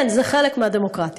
כן, זה חלק מהדמוקרטיה.